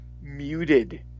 muted